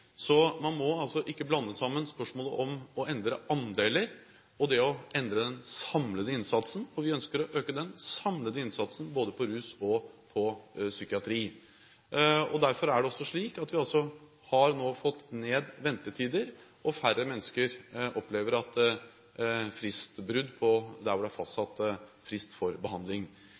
Så man må altså ikke blande sammen spørsmålet om å endre andeler, og det å endre den samlede innsatsen. Vi ønsker å øke den samlede innsatsen, både når det gjelder rus og psykiatri. Derfor har vi også nå fått ned ventetider, og færre mennesker opplever fristbrudd der hvor det er fastsatt en frist for behandling.